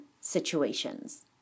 Situations